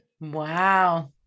Wow